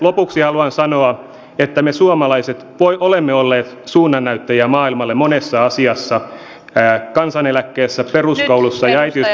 lopuksi haluan sanoa että me suomalaiset olemme olleet suunnannäyttäjiä maailmalle monessa asiassa kansaneläkkeessä peruskoulussa ja äitiyspakkauksessa ja